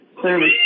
clearly